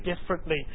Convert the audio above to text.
differently